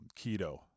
keto